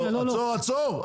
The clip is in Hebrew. עצור,